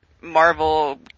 Marvel